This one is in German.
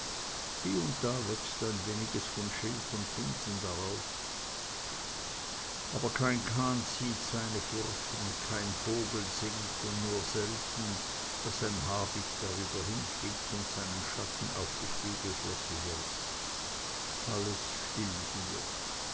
hie und da wächst ein weniges von schilf und binsen auf aber kein kahn zieht seine furchen kein vogel singt und nur selten daß ein habicht drüber hinfliegt und seinen schatten auf die spiegelfläche wirft alles still hier